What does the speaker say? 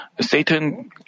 Satan